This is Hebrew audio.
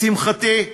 לשמחתי,